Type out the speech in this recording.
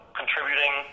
contributing